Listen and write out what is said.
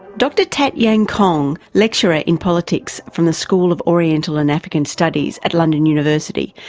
dr tat yan kong, lecturer in politics from the school of oriental and african studies at london university,